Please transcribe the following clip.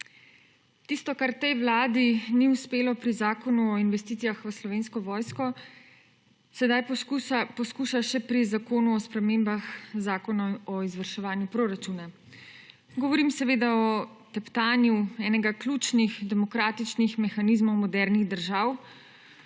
Tisto, kar tej vladi ni uspelo pri zakonu o investicijah v Slovensko vojsko, sedaj poskuša še pri zakonu o spremembah zakona o izvrševanju proračuna. Govorim seveda o teptanju enega ključnih demokratičnih mehanizmov modernih držav,